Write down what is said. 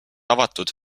avatud